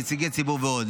נציגי ציבור ועוד.